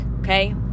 Okay